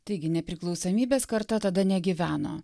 taigi nepriklausomybės karta tada negyveno